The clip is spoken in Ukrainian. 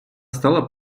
стала